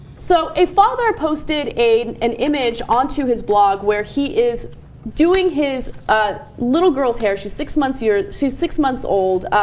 so a father posted a and image onto his blog where he is doing his but ah little girls hair she's six months year to six months old a